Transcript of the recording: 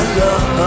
love